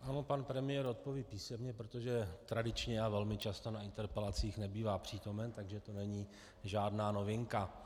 Ano, pan premiér odpoví písemně, protože tradičně a velmi často na interpelacích nebývá přítomen, takže to není žádná novinka.